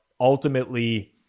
ultimately